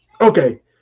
Okay